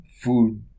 food